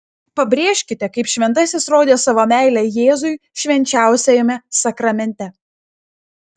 pabrėžkite kaip šventasis rodė savo meilę jėzui švenčiausiajame sakramente